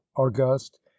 august